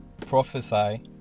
prophesy